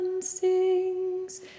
sings